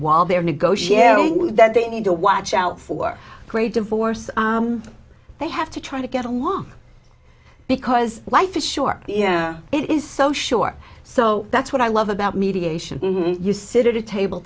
while they're negotiating that they need to watch out for gray divorce they have to try to get along because life is short it is so short so that's what i love about mediation you sit at a table